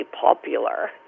popular